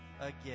again